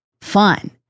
fun